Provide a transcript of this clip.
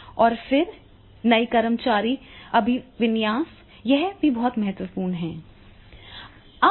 और फिर नए कर्मचारी अभिविन्यास यह भी बहुत महत्वपूर्ण है